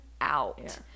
out